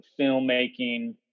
filmmaking